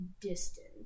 distant